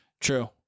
True